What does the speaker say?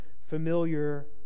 familiar